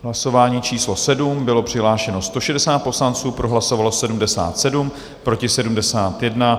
Hlasování číslo 7, bylo přihlášeno 160 poslanců, pro hlasovalo 77, proti 71.